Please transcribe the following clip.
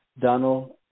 Donald